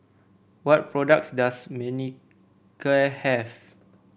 what products does Manicare have